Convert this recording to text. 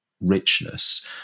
richness